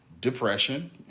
depression